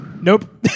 nope